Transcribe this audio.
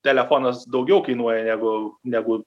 telefonas daugiau kainuoja negu negu